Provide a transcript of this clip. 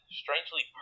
strangely